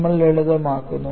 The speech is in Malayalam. നമ്മൾ ലളിതമാക്കുന്നു